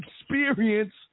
experience